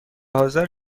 حاضر